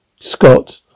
Scott